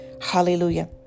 Hallelujah